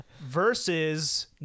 versus